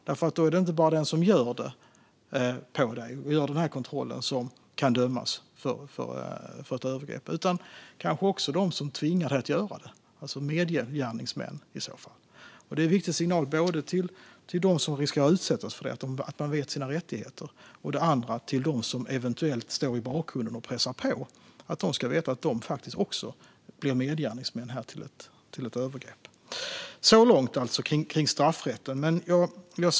Och det är inte bara den som gör kontrollen som kan dömas för övergrepp, utan de som tvingar till det kan vara medgärningsmän. Detta är en viktig signal både till dem som riskerar att utsättas, så att de vet sina rättigheter, och till dem som eventuellt står i bakgrunden och pressar på, så att de vet att de blir medgärningsmän till ett övergrepp. Så långt straffrätten!